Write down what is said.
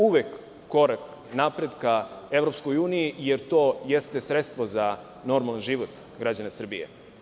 Uvek korak napred ka EU, jer to jeste sredstvo za normalan život građana Srbije.